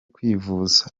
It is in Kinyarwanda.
kwivuza